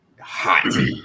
hot